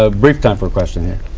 ah brief time for a question here.